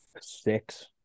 six